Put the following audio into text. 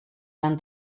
van